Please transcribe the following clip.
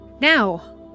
Now